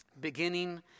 beginning